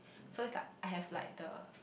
so is like I have like the